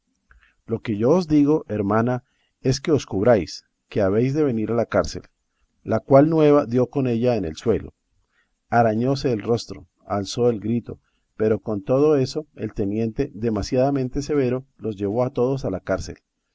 lo que yo os digo hermana es que os cubráis que habéis de venir a la cárcel la cual nueva dio con ella en el suelo arañóse el rostro alzó el grito pero con todo eso el teniente demasiadamente severo los llevó a todos a la cárcel